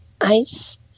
ice